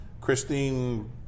Christine